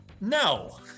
No